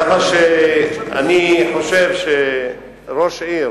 ככה שאני חושב שראש עיר